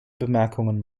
bemerkungen